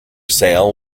sale